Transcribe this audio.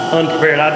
unprepared